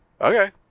Okay